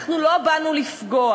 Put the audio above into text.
אנחנו לא באנו לפגוע.